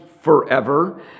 forever